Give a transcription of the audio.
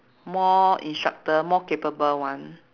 more instructor more capable one